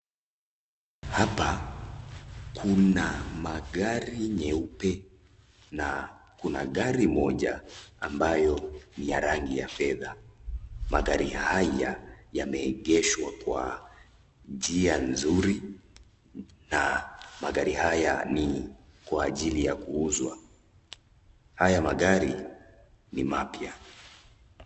Hapa kuna magari nyeupe na kuna gari moja amabyo ni ya rangi ya fedha, magari haya yameegeshwa kwa njia nzuri na magari haya ni kwa ajili ya kuuzwa, haya magari ni mapywa.